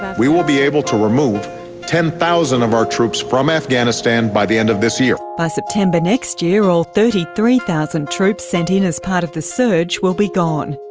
we will be able to remove ten thousand of our troops from afghanistan by the end of this year. by september next year, all thirty three thousand troops sent in as part of the surge will be gone.